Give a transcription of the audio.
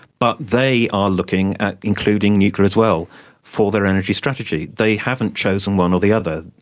but they are looking at including nuclear as well for their energy strategy. they haven't chosen one or the other,